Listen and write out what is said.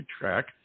track